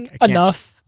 Enough